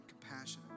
compassionate